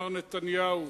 מר נתניהו,